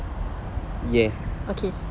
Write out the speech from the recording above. ya